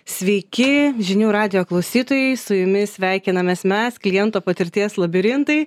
sveiki žinių radijo klausytojai su jumis sveikinamės mes kliento patirties labirintai